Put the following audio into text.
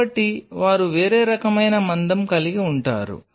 కాబట్టి వారు వేరే రకమైన మందం కలిగి ఉంటారు